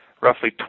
roughly